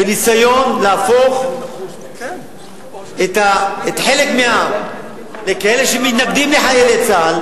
בניסיון להפוך חלק מהעם לכאלה שמתנגדים לחיילי צה"ל,